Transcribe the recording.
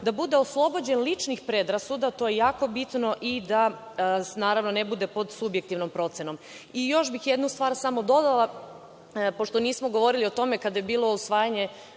da bude oslobođen ličnih predrasuda, to je jako bitno, i naravno, da ne bude pod subjektivnom procenom. Još bih još jednu stvar dodala, pošto nismo govorili o tome kada je bilo usvajanje